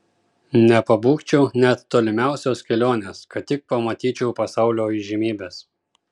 nepabūgčiau net tolimiausios kelionės kad tik pamatyčiau pasaulio įžymybes